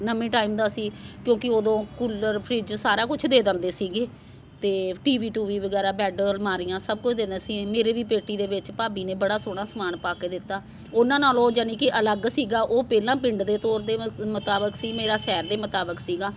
ਨਵੇਂ ਟਾਈਮ ਦਾ ਸੀ ਕਿਉਂਕਿ ਓਦੋਂ ਕੂਲਰ ਫਰਿੱਜ ਸਾਰਾ ਕੁਛ ਦੇ ਦਿੰਦੇ ਸੀਗੇ ਅਤੇ ਟੀ ਵੀ ਟੁਵੀ ਵਗੈਰਾ ਬੈੱਡ ਅਲਮਾਰੀਆਂ ਸਭ ਕੁਛ ਦਿੰਦੇ ਸੀ ਮੇਰੇ ਵੀ ਪੇਟੀ ਦੇ ਵਿੱਚ ਭਾਬੀ ਨੇ ਬੜਾ ਸੋਹਣਾ ਸਮਾਨ ਪਾ ਕੇ ਦਿੱਤਾ ਉਹਨਾਂ ਨਾਲੋਂ ਯਾਨੀ ਕਿ ਅਲੱਗ ਸੀਗਾ ਉਹ ਪਹਿਲਾਂ ਪਿੰਡ ਦੇ ਤੌਰ ਦੇ ਮੁਤਾਬਕ ਸੀ ਮੇਰਾ ਸ਼ਹਿਰ ਦੇ ਮੁਤਾਬਕ ਸੀਗਾ